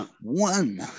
one